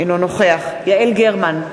אינו נוכח יעל גרמן,